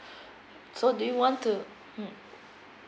so do you want to mm